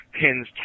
pins